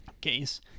case